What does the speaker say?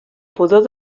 pudor